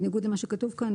בניגוד למה שכתוב כאן,